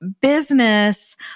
business